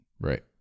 Right